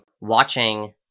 watching